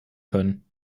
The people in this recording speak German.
können